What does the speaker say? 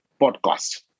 podcast